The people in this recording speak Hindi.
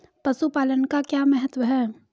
पशुपालन का क्या महत्व है?